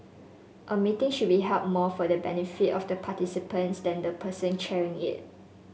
a meeting should be held more for the benefit of the participants than the person chairing it